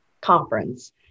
conference